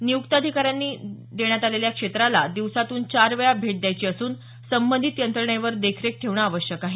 नियुक्त अधिकाऱ्यांनी त्यांना देण्यात आलेल्या क्षेत्राला दिवसातून चार वेळा भेट द्यायची असून संबंधित यंत्रणेवर देखरेख ठेवणं आवश्यक आहे